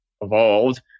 evolved